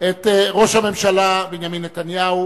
את ראש הממשלה בנימין נתניהו